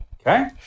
Okay